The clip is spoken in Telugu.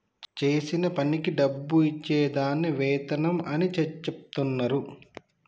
చేసిన పనికి డబ్బు ఇచ్చే దాన్ని వేతనం అని చెచెప్తున్నరు